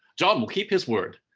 john will keep his word.